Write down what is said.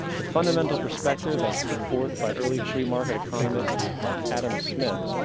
the fundamental perspective as put forth by early free market economists, like adam smith,